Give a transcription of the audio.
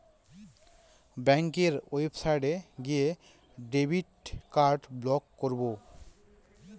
ব্যাঙ্কের ওয়েবসাইটে গিয়ে ডেবিট কার্ড ব্লক করাবো